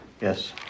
Yes